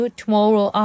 tomorrow